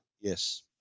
Yes